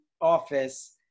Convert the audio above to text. office